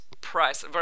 price